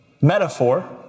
metaphor